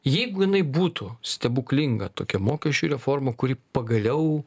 jeigu jinai būtų stebuklinga tokia mokesčių reforma kuri pagaliau